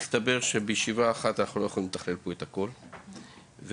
מסתבר שישיבה אחת לא מספיקה בשביל לתכלל את כל מה שצריך